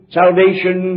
salvation